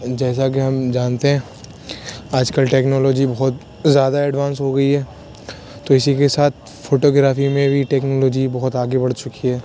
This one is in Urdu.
جیسا کہ ہم جانتے ہیں آج کل ٹکنالوجی بہت زیادہ ایڈوانس ہو گئی ہے تو اسی کے ساتھ فوٹوگرافی میں بھی ٹکنالوجی بہت آگے بڑھ چکی ہے